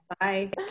Bye